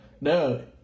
no